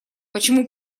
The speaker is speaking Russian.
почему